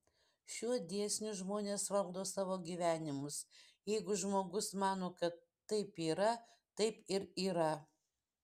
šiuo dėsniu žmonės valdo savo gyvenimus jeigu žmogus mano kad taip yra taip ir yra